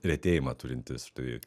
retėjimą turintis štai